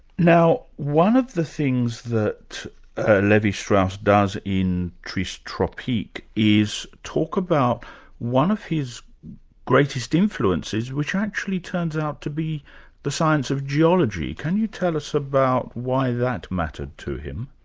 now one of the things that ah levi-strauss does in tristes tropiques is talk about one of his greatest influences which actually turns out to be the science of geology. can you tell us about why that mattered to him?